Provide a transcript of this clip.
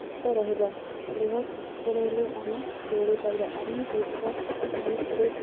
ସୁସ୍ଥ ରହିବ ଦେହ ସୁସ୍ଥ ରହିଲେ ଆମେ ଦୌଡ଼ି ପାରିବା ଆମେ ହଉଥିବା ଜୁସ୍ରେ